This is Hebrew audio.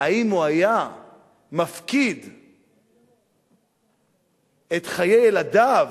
האם הוא היה מפקיד את חיי ילדיו,